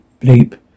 bleep